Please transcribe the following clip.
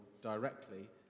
directly